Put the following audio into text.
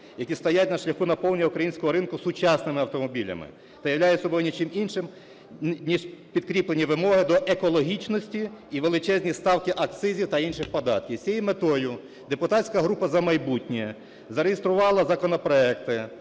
які стоять на шляху наповнення українського ринку сучасними автомобілями, та являє собою нічим іншим ніж підкріплені вимоги до екологічності і величезні ставки акцизів, та інших податків. З цією метою депутатська група "За майбутнє" зареєструвала законопроекти,